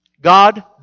God